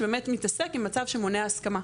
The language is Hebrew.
שבאמת מתעסק עם מצב שמונע הסכמה,